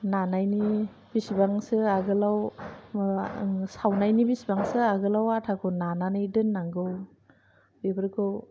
नानायनि बेसेबांसो आगोलाव आं सावनायनि बेसेबांसो आगोलाव आटाखौ नानानै दोननांगौ बेफोरखौ